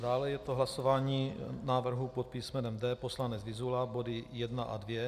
Dále je to hlasování návrhu pod písmenem D, poslanec Vyzula, body 1 a 2.